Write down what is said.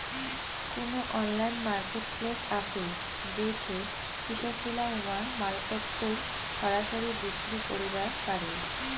কুনো online marketplace আছে যেইঠে কৃষকগিলা উমার মালপত্তর সরাসরি বিক্রি করিবার পারে?